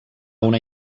una